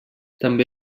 també